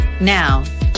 Now